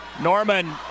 Norman